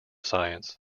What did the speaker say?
science